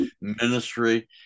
ministry